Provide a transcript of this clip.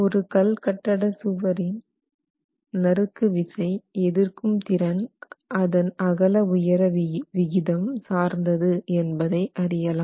ஒரு கல் கட்டட சுவரின் நறுக்கு விசை எதிர்க்கும் திறன் அதன் அகல உயர விகிதம் சார்ந்தது என்பதை அறியலாம்